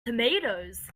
tomatoes